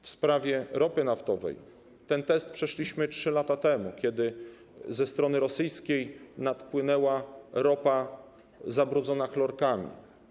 W sprawie ropy naftowej ten test przeszliśmy 3 lata temu, kiedy ze strony rosyjskiej nadpłynęła ropa zabrudzona chlorkami.